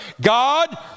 God